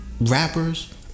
rappers